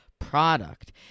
Product